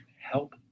help